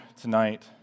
tonight